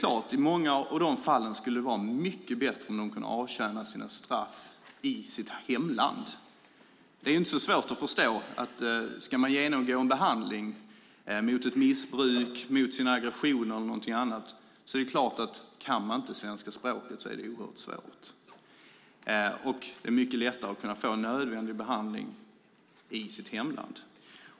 I många av de fallen skulle det vara mycket bättre om de kunde avtjäna sitt straff i sitt hemland. Det är inte svårt att förstå att om man ska genomgå en behandling mot sitt missbruk, sin aggression eller annat är det viktigt att kunna svenska språket. Det är mycket lättare att få nödvändig behandling i sitt hemland.